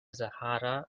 sahara